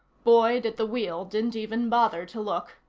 boyd, at the wheel, didn't even bother to look.